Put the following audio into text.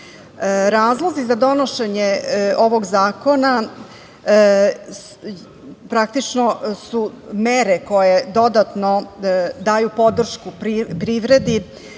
za donošenje ovog zakona praktično su mere koje dodatno daju podršku privredi,